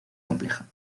compleja